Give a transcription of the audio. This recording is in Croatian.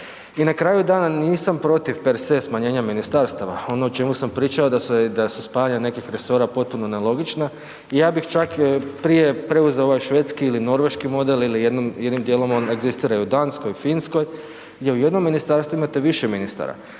Ni na kraju dana nisam protiv per se smanjenja ministarstava, ono o čemu sam pričao, da se spajanja nekih resora potpuno nelogična i ja bih čak, prije preuzeo ovaj švedski ili norveški model ili jednim dijelom on egzistira i u Danskoj, Finskoj, gdje u ministarstvima imate više ministara.